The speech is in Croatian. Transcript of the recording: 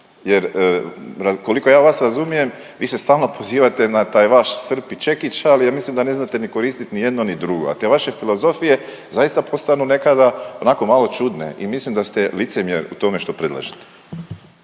Jer koliko ja vas razumijem vi se stalno pozivate na taj vaš srp i čekić, ali ja mislim da ne znate ni koristiti ni jedno ni drugo. A te vaše filozofije zaista postanu nekada onako malo čudne i mislim da ste licemjer u tome što predlažete.